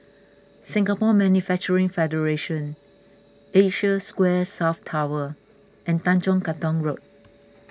Singapore Manufacturing Federation Asia Square South Tower and Tanjong Katong Road